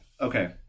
Okay